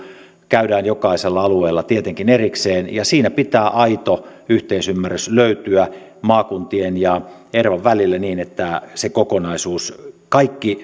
käydään jokaisella alueella tietenkin erikseen siinä pitää aito yhteisymmärrys löytyä maakuntien ja ervan välille niin että kaikki